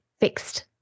fixed